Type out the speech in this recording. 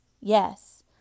Yes